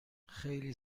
خیلی